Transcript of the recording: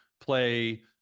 play